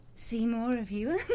see more of you!